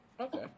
okay